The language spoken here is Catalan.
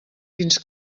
fins